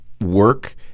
work